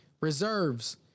Reserves